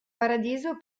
paradiso